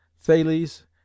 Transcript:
thales